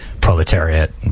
proletariat